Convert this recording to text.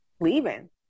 leaving